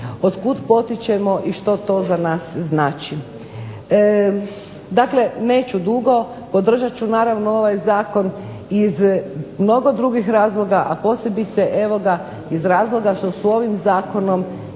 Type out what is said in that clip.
otkud potičemo i što to za nas znači. Dakle neću dugo, podržat ću naravno ovaj zakon iz mnogo drugih razloga, a posebice iz razloga što su ovim zakonom,